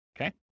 Okay